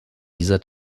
dieser